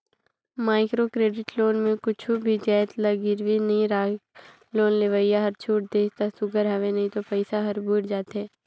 micro credit loan में कुछु भी जाएत ल गिरवी नी राखय लोन लेवइया हर छूट देहिस ता सुग्घर हवे नई तो पइसा हर बुइड़ जाथे